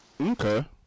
Okay